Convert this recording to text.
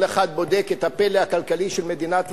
כל אחד בודק את הפלא הכלכלי של מדינת ישראל,